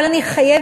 אבל אני חייבת